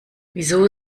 wieso